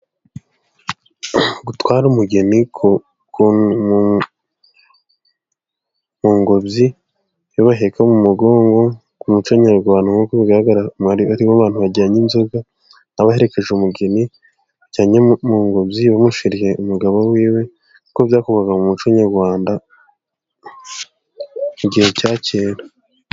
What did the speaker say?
Gutwara umugeni mu ngobyi, bahekaho mu mugongo, ku muco nyarwanda ,nkuko aribo bantu bajyanye inzoga baherekeje umugeni bamushyiriye umugabo we, kuko byakorwaga mu muco nyarwanda mu gihe cya kera.